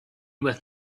with